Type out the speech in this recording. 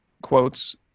quotes